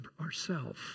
ourself